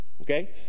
okay